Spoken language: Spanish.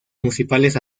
principales